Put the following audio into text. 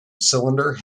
cylinder